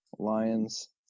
Lions